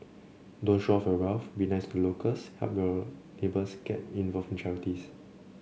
don't show off your wealth be nice to the locals help your neighbours get involved in charities